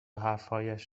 حرفهایش